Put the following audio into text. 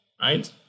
right